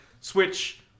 Switch